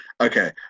okay